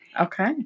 Okay